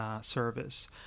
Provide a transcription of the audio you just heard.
service